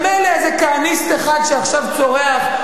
מילא, איזה כהניסט אחד שעכשיו צורח.